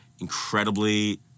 incredibly